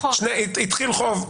התחיל חוב,